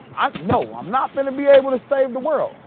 i no, i'm not finna be able to save the world.